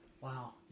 Wow